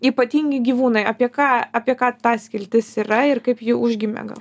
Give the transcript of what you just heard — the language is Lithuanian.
ypatingi gyvūnai apie ką apie ką ta skiltis yra ir kaip ji užgimė gal